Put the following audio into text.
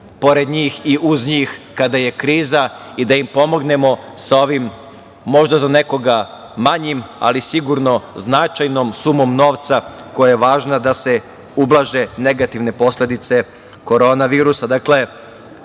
pored njih i uz njih kada je kriza i da im pomognemo sa ovom, možda za nekoga manjom, ali sigurno značajnom sumom novca koja je važna da se ublaže negativne posledice korona